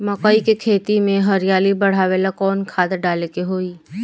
मकई के खेती में हरियाली बढ़ावेला कवन खाद डाले के होई?